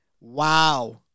Wow